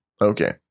Okay